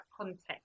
context